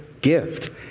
gift